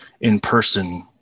in-person